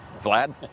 Vlad